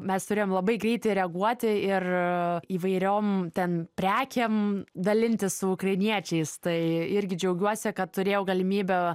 mes turėjom labai greitai reaguoti ir įvairiom ten prekėm dalintis su ukrainiečiais tai irgi džiaugiuosi kad turėjau galimybę